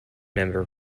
member